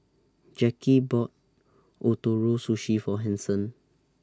Jacki bought Ootoro Sushi For Hanson